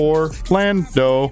Orlando